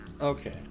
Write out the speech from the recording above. Okay